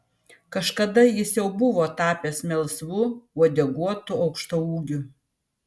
kažkada jis jau buvo tapęs melsvu uodeguotu aukštaūgiu